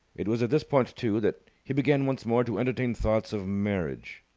it was at this point, too, that he began once more to entertain thoughts of marriage.